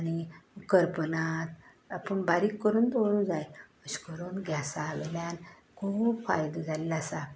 आनी करपनात पूण बारीक करून दवरूंक जाय अश करून गॅसा वयल्यान खूब फायदो जाल्लो आसा